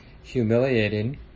humiliating